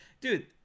dude